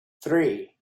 three